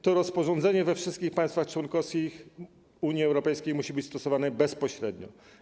To rozporządzenie we wszystkich państwach członkowskich Unii Europejskiej musi być stosowane bezpośrednio.